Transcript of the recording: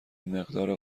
مقدار